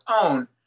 own